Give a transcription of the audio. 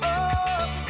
up